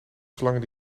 slangen